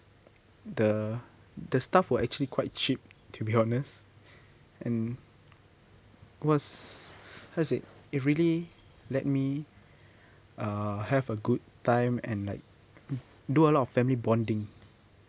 the the stuff were actually quite cheap to be honest and it was how to say it really let me uh have a good time and like do a lot of family bonding